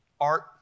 art